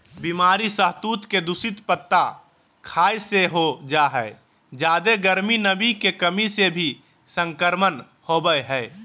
बीमारी सहतूत के दूषित पत्ता खाय से हो जा हई जादे गर्मी, नमी के कमी से भी संक्रमण होवई हई